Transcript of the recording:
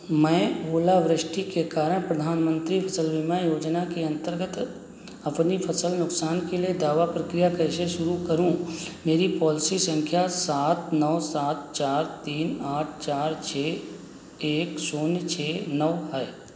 मैं ओलावृष्टि के कारण प्रधानमन्त्री फ़सल बीमा योजना के अन्तर्गत अपनी फ़सल नुक़सान के लिए दावा प्रक्रिया कैसे शुरू करूँ मेरी पॉलिसी सँख्या सात नौ सात चार तीन आठ चार छह एक शून्य छह नौ है